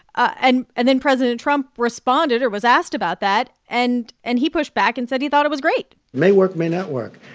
and and then president trump responded or was asked about that, and and he pushed back and said he thought it was great may work, may not work.